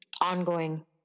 ongoing